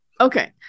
Okay